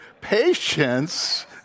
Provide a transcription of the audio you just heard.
patience